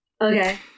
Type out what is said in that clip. Okay